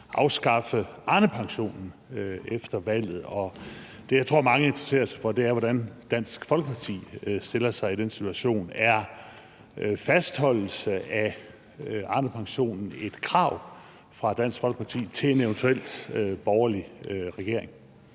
afskaffe Arnepensionen efter valget, og det, jeg tror mange interesserer sig for, er, hvordan Dansk Folkeparti stiller sig i den situation. Er fastholdelsen af Arnepensionen et krav fra Dansk Folkeparti til en eventuel borgerlig regering?